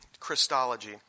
Christology